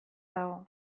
dago